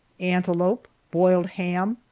antelope, boiled ham,